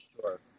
sure